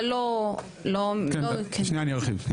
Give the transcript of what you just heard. אבל לא -- שנייה אני ארחיב,